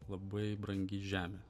labai brangi žemė